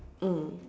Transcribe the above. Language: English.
mm